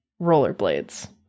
rollerblades